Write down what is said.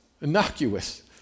innocuous